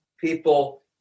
People